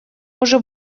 уже